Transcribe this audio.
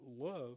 love